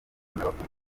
n’abakunzi